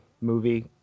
movie